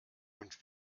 und